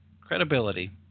Credibility